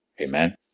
amen